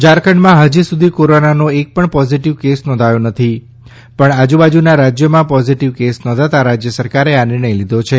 ઝારખંડમાં હજી સુધી કોરોનાનો એક પણ પોઝીટીવ કેસ નોંધાયો નથી પણ આજુબાજુના રાજ્યોમાં પોઝીટીવ કેસ નોંધાતા રાજ્ય સરકારે આ નિર્ણય લીધો છે